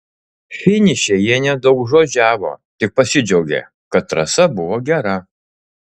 finiše jie nedaugžodžiavo tik pasidžiaugė kad trasa buvo gera